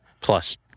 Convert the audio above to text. plus